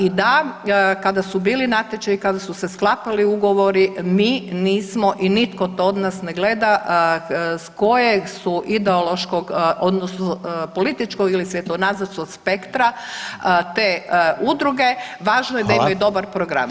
I da kada su bili natječaji, kada su se sklapali ugovori mi nismo i nitko to od nas ne gleda s koje su ideološkog odnosno političkog ili svjetonazorskog spektra te udruge, važno je da imaju dobar program.